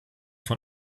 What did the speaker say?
von